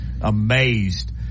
amazed